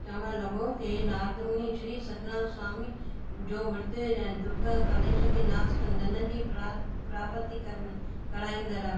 चवणु लॻो त हे नारदमुनि श्री सतनाम स्वामी जो विर्त ऐं दुखु कलेश खे नाश कंदननि जी परा परापति कर कराईंदड़ आहे